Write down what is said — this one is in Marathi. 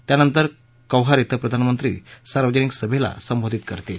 त्यानंतर कौहार इथं प्रधानमंत्री सार्वजनिक सभेला संबोधि करतील